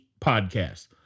Podcast